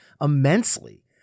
immensely